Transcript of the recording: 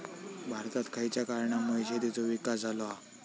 भारतात खयच्या कारणांमुळे शेतीचो विकास झालो हा?